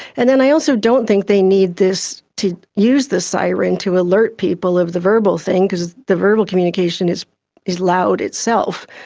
and then i also don't think they need to use the siren to alert people of the verbal thing because the verbal communication is is loud itself.